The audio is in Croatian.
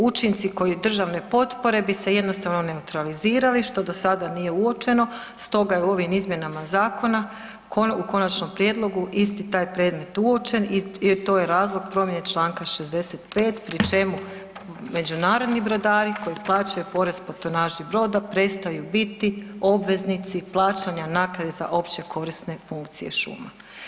Učinci koje državne potpore bi se jednostavno neutralizirali što do sada nije uočeno stoga je u ovim izmjenama zakona u konačnom prijedlogu isti taj predmet uočen i to je razlog promjene Članka 65. pri čemu međunarodni brodari koji plaćaju porez po tonaži broda prestaju biti obveznici plaćanja naknade za općekorisne funkcije šuma.